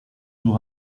nous